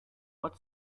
what